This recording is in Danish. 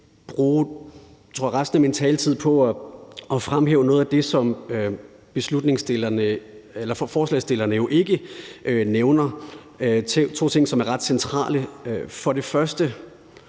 bruge resten af min taletid på at fremhæve noget af det, som forslagsstillerne ikke nævner, altså to ting, som er ret centrale. For det første